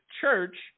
Church